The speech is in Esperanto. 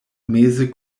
meze